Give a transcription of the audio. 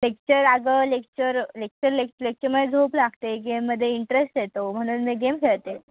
lecture अगं lecture lecture लेक् लेक्चरमध्ये झोप लागते गेममध्ये इंटरेस्ट येतो म्हणून मी गेम खेळते